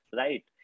right